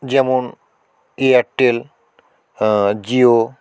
যেমন এয়ারটেল জিও